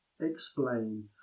explain